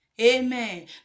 Amen